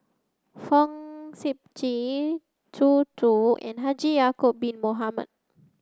Fong Sip Chee Zhu Zu and Haji Ya'acob Bin Mohamed